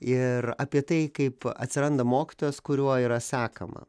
ir apie tai kaip atsiranda mokytojas kuriuo yra sekama